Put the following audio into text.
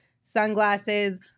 sunglasses